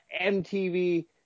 MTV